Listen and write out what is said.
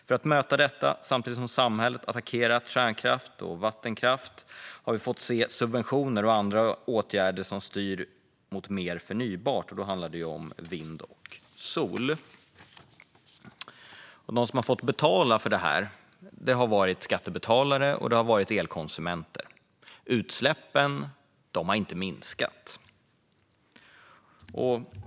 För att möta detta samtidigt som samhället attackerar kärnkraft och vattenkraft har vi fått subventioner och andra åtgärder som styr mot mer förnybart, och då handlar det om vind och sol. De som har fått betala för detta är skattebetalarna och elkonsumenterna, och utsläppen har inte minskat.